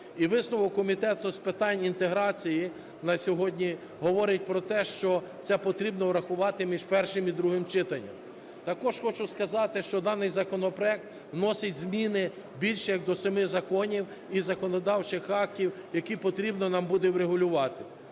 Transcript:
висновок Комітету з питань інтеграції на сьогодні говорить про те, що це потрібно врахувати між першим і другим читанням. Також хочу сказати, що даний законопроект вносить зміни більше як до семи законів і законодавчих актів, які потрібно нам буде врегулювати.